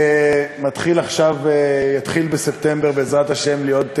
שיתחיל בספטמבר, בעזרת השם, להיות בגן,